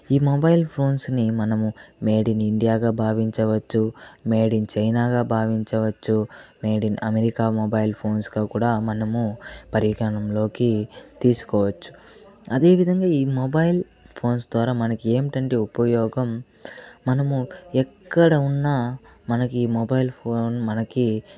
ఈ మొబైల్ ఫోన్స్ని మనము మేడ్ ఇన్ ఇండియాగా భావించవచ్చు మేడ్ ఇన్ చైనాగా భావించవచ్చు మేడ్ ఇన్ అమెరికా మొబైల్ ఫోన్స్గా కూడా మనము పరిగణంలోకి తీసుకోవచ్చు అదేవిధంగా ఈ మొబైల్ ఫోన్స్ ద్వారా మనకి ఏమిటంటే ఉపయోగం మనము ఎక్కడ ఉన్నా మనకి మొబైల్ ఫోన్ మనకి